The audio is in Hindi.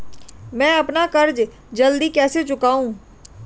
मैं अपना कर्ज जल्दी कैसे चुकाऊं?